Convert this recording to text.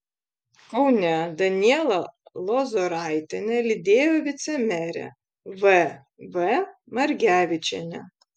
kaune danielą lozoraitienę lydėjo vicemerė v v margevičienė